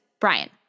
Brian